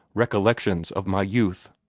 recollections of my youth.